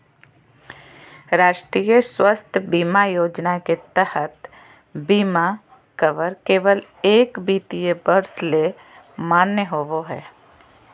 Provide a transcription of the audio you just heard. राष्ट्रीय स्वास्थ्य बीमा योजना के तहत बीमा कवर केवल एक वित्तीय वर्ष ले मान्य होबो हय